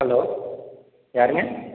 hello யாருங்க